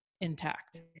intact